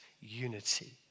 unity